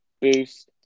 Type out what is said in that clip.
boost